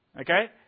Okay